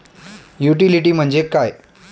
Utility म्हणजे काय?